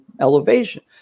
elevation